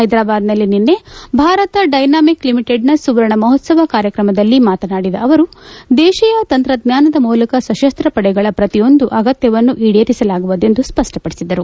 ಹೈದರಾಬಾದ್ನಲ್ಲಿ ನಿನ್ನೆ ಭಾರತ್ ಡೈನಾಮಿಕ್ ಲಿಮಿಟೆಡ್ನ ಸುವರ್ಣ ಮಹೋತ್ಸವ ಕಾರ್ಯಕ್ರಮದಲ್ಲಿ ಮಾತಾದಿದ ಅವರು ದೇಶೀಯ ತಂತ್ರಜ್ಞಾನದ ಮೂಲಕ ಸಶಸ್ತ್ರ ಪಡೆಗಳ ಪ್ರತಿಯೊಂದು ಅಗತ್ಯವನ್ನು ಈಡೇರಿಸಲಾಗುವುದು ಎಂದು ಸ್ವಷ್ವಪದಿಸಿದರು